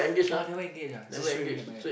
ah never engaged ah just straightaway get married